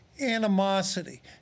animosity